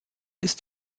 ist